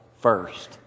first